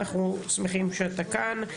אנחנו שמחים שאתה כאן.